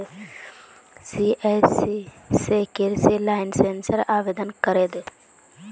CSC स कृषि लाइसेंसेर आवेदन करे दे